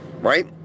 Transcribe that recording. right